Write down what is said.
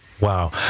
wow